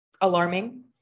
alarming